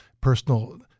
personal